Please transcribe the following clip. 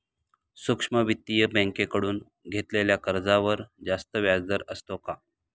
सूक्ष्म वित्तीय बँकेकडून घेतलेल्या कर्जावर जास्त व्याजदर असतो का?